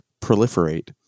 proliferate